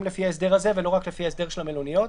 לפי ההסדר הזה ולא רק לפי ההסדר של המלוניות.